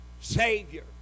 Savior